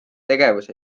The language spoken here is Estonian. tegevus